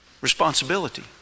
Responsibility